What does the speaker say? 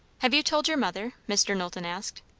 have you told your mother? mr. knowlton asked.